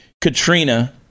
Katrina